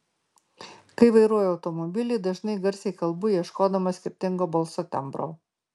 kai vairuoju automobilį dažnai garsiai kalbu ieškodama skirtingo balso tembro